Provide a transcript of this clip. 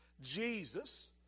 Jesus